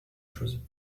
chose